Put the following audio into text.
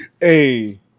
Hey